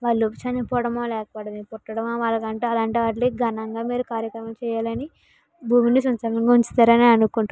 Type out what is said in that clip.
వాళ్లు చనిపోవడం లేకపోతే పుట్టడం వాటికంటూ వాళ్లకి మీరు ఘనంగా కార్యక్రమాలు చేయాలని భూమిని సుసంపన్నంగా ఉంచుతారని అనుకుంటున్నా